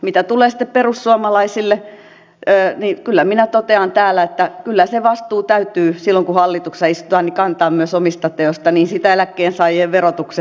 mitä tulee sitten perussuomalaisiin niin kyllä minä totean täällä että kyllä se vastuu täytyy silloin kun hallituksessa istutaan kantaa myös omista teoista niin siitä eläkkeensaajien verotuksestakin